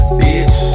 bitch